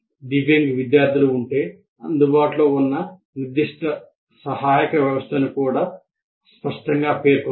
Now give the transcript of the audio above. దివ్యంగ్ విద్యార్థులు ఉంటే అందుబాటులో ఉన్న నిర్దిష్ట సహాయక వ్యవస్థను కూడా స్పష్టంగా పేర్కొనాలి